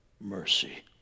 mercy